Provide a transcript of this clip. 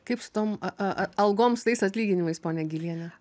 kaip su tom a a a algom su tais atlyginimais ponia giliene